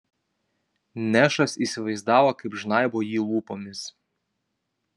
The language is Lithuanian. nešas įsivaizdavo kaip žnaibo jį lūpomis